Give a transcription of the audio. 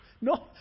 No